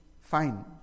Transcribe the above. fine